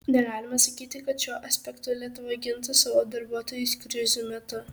negalima sakyti kad šiuo aspektu lietuva gintų savo darbuotojus krizių metu